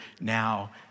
now